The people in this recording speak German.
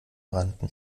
rannten